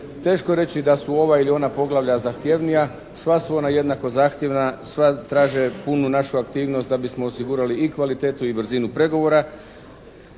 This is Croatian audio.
Teško je reći da su ova ili ona poglavlja zahtjevnija. Sva su ona jednako zahtjevna, sva traže punu našu aktivnost da bismo osigurali i kvalitetu i brzinu pregovora.